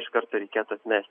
iš karto reikėtų atmest